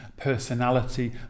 personality